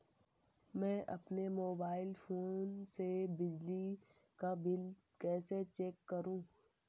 मैं अपने mobile phone से बिजली का बिल कैसे चेक करूं?